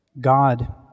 God